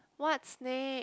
what's next